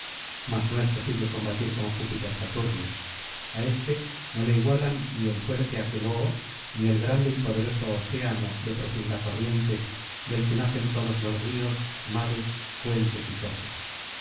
mas no es posible combatir con júpiter saturnio a éste no le igualan ni el fuerte aqueloo ni el grande y poderoso océano de profunda corriente del que nacen todos los ríos mares fuentes y pozos